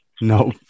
No